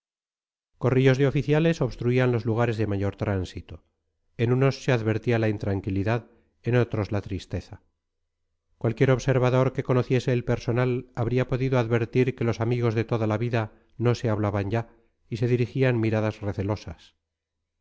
corrillos de oficiales obstruían los lugares de mayor tránsito en unos se advertía la intranquilidad en otros la tristeza cualquier observador que conociese el personal habría podido advertir que los amigos de toda la vida no se hablaban ya y se dirigían miradas recelosas